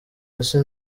hasi